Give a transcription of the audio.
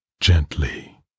Gently